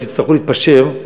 ותצטרכו להתפשר,